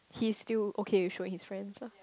he's still okay with showing his friends lah